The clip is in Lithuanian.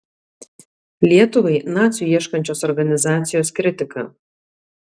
lietuvai nacių ieškančios organizacijos kritika